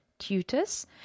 tutors